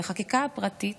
בחקיקה הפרטית